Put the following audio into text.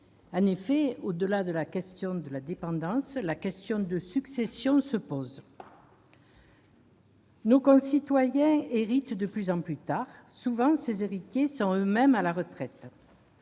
En effet, au-delà de la question de la dépendance, se pose celle de la succession. Nos concitoyens héritent de plus en plus tard. Souvent, ces héritiers sont eux-mêmes à la retraite.